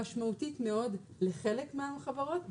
משמעותית מאוד לחלק מהחברות,